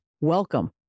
welcome